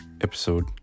Episode